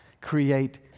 create